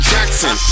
Jackson